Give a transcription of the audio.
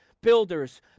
builders